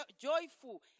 joyful